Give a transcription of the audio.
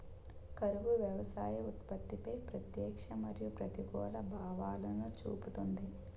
కరువు వ్యవసాయ ఉత్పత్తిపై ప్రత్యక్ష మరియు ప్రతికూల ప్రభావాలను చూపుతుంది